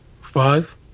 Five